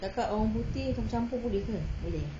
cakap orang putih campur-campur boleh ke boleh eh